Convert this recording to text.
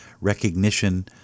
recognition